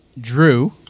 Drew